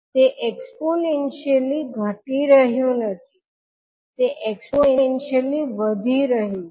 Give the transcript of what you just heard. તે એક્સ્પોનેંશિયલી ઘટી રહ્યું નથી તે એક્સ્પોનેંશિયલી વધી રહ્યું છે